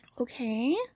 okay